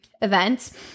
events